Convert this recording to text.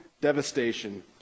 devastation